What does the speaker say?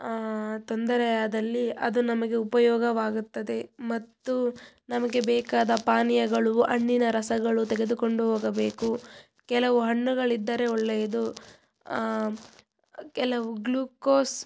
ತೊಂದರೆಯಾದಲ್ಲಿ ಅದು ನಮಗೆ ಉಪಯೋಗವಾಗುತ್ತದೆ ಮತ್ತು ನಮಗೆ ಬೇಕಾದ ಪಾನೀಯಗಳು ಹಣ್ಣಿನ ರಸಗಳು ತೆಗೆದುಕೊಂಡು ಹೋಗಬೇಕು ಕೆಲವು ಹಣ್ಣುಗಳಿದ್ದರೆ ಒಳ್ಳೆಯದು ಕೆಲವು ಗ್ಲೂಕೋಸ್